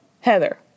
Heather